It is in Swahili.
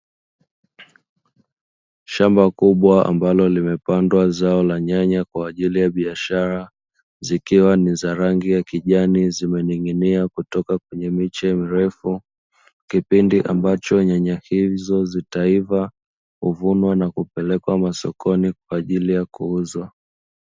Shamba kubwa ambalo limepandwa zao aina ya nyanya, ambalo kwajili ya biashara zikiwa za rangi ya kijani zimening'iniakutoka kwenye miche mirefu kipindi ambacho nyanya hizo zitaivaa, zitavunwa na kupelekwa sokoni kwajili ya kuuzwa.